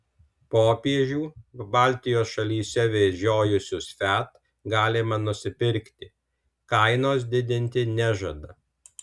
popiežių baltijos šalyse vežiojusius fiat galima nusipirkti kainos didinti nežada